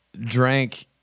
drank